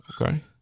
Okay